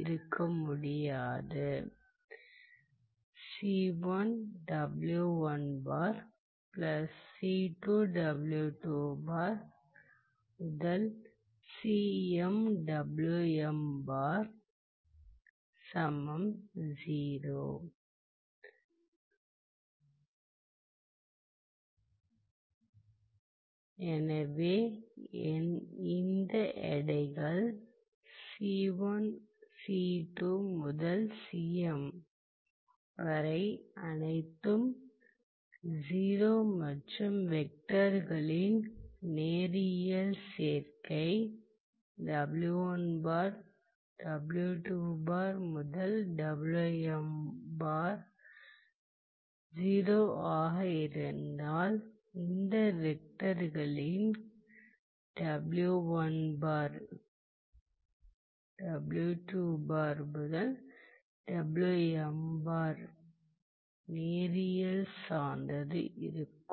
இருக்க முடியாது எனவே இந்த எடைகள் அனைத்தும் 0 மற்றும் வெக்டர்களின் நேரியல் சேர்க்கை 0 ஆக இருந்தால் இந்த வெக்டர்கள் நேரியல் சார்ந்து இருக்கும்